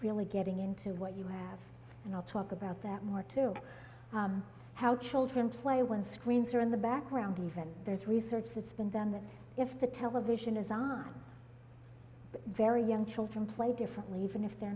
really getting into what you have and i'll talk about that more to how children play when screens are in the background even there's research that's been done that if the television is on very young children play differently even if they're